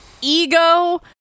ego